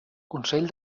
consell